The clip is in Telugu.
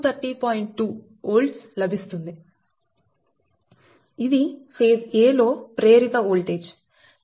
20 Volts లభిస్తుంది ఇది ఫేజ్ a లో ప్రేరిత వోల్టేజ్